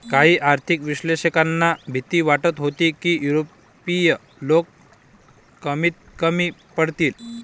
काही आर्थिक विश्लेषकांना भीती वाटत होती की युरोपीय लोक किमतीत कमी पडतील